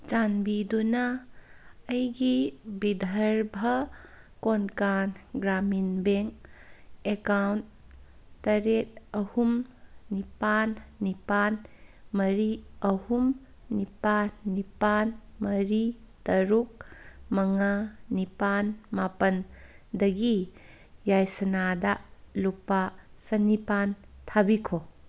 ꯆꯥꯟꯕꯤꯗꯨꯅ ꯑꯩꯒꯤ ꯕꯤꯙꯔꯕ ꯀꯣꯟꯀꯥꯟ ꯒ꯭ꯔꯥꯃꯤꯟ ꯕꯦꯡ ꯑꯦꯀꯥꯎꯟ ꯇꯔꯦꯠ ꯑꯍꯨꯝ ꯅꯤꯄꯥꯟ ꯅꯤꯄꯥꯟ ꯃꯔꯤ ꯑꯍꯨꯝ ꯅꯤꯄꯥꯟ ꯅꯤꯄꯥꯟ ꯃꯔꯤ ꯇꯔꯨꯛ ꯃꯉꯥ ꯅꯤꯄꯥꯟ ꯃꯥꯄꯟꯗꯒꯤ ꯌꯥꯏꯁꯅꯥꯗ ꯂꯨꯄꯥ ꯆꯅꯤꯄꯥꯟ ꯊꯥꯕꯤꯈꯣ